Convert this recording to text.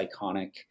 iconic